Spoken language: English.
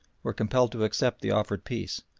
were compelled to accept the offered peace,